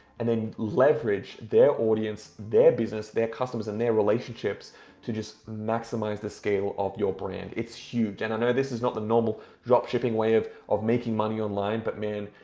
and then leverage their audience, their business, their customers and their relationships to just maximize the scale of your brand. it's huge and i know this is not the normal drop shipping way of of making money online but man,